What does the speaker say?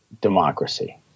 democracy